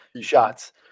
shots